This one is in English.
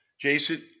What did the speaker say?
Jason